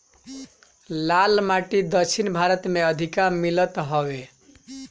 लाल माटी दक्षिण भारत में अधिका मिलत हवे